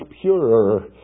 purer